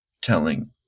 telling